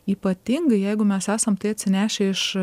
ypatingai jeigu mes esam tai atsinešę iš